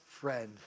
friend